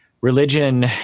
religion